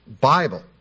Bible